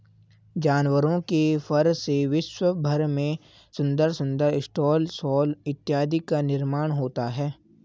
जानवरों के फर से विश्व भर में सुंदर सुंदर स्टॉल शॉल इत्यादि का निर्माण होता है